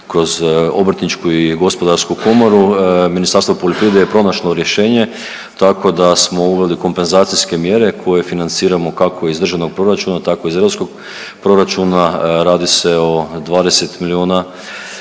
kroz obrtničku i gospodarsku komoru Ministarstvo poljoprivrede je pronašlo rješenje tako da smo uveli kompenzacijske mjere koje financiramo kako iz Državnog proračuna tako iz Europskog proračuna. Radi se o 20 milijuna